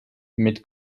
mit